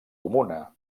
comuna